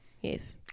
Yes